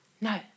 No